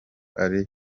ari